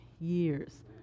years